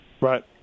Right